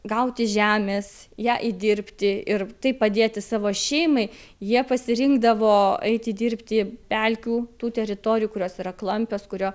gauti žemės ją įdirbti ir taip padėti savo šeimai jie pasirinkdavo eiti dirbti pelkių tų teritorijų kurios yra klampios kurio